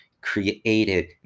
created